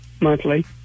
monthly